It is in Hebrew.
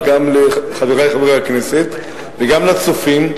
וגם לחברי חברי הכנסת וגם לצופים,